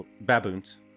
baboons